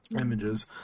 images